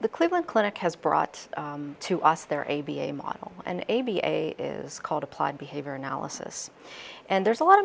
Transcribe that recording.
the cleveland clinic has brought to us their a b a model and a b a is called applied behavior analysis and there's a lot